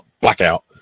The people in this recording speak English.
blackout